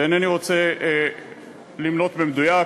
ואינני רוצה למנות במדויק,